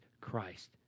Christ